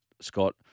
Scott